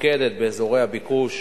ומתמקדת באזורי הביקוש